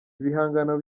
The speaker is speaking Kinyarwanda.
ibihangano